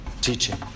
teaching